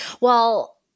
Well-